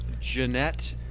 Jeanette